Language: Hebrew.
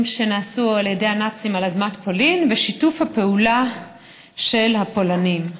שנעשו על ידי הנאצים על אדמת פולין בשיתוף הפעולה של הפולנים.